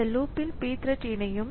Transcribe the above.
இந்த லுபில் pthread இணையும்